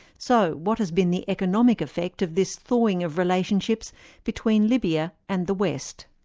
so, what has been the economic effect of this thawing of relationships between libya and the west?